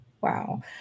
wow